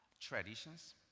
traditions